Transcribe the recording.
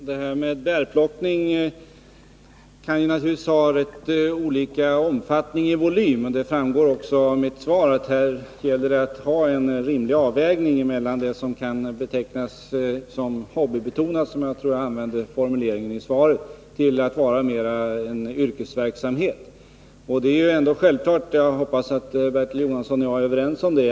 Herr talman! Den här bärplockningen kan naturligtvis vara av rätt olika omfattning när det gäller volymen. Det framgår också av mitt svar att det här gäller att göra en rimlig avvägning mellan det som kan betecknas som hobbybetonad plockning — jag tror jag använde den formuleringen i svaret — och det som är att betrakta som yrkesverksamhet.